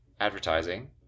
advertising